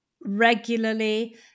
regularly